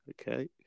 Okay